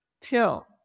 till